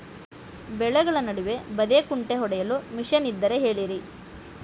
ಬೆಳೆಗಳ ನಡುವೆ ಬದೆಕುಂಟೆ ಹೊಡೆಯಲು ಮಿಷನ್ ಇದ್ದರೆ ಹೇಳಿರಿ